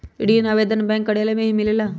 ऋण आवेदन बैंक कार्यालय मे ही मिलेला?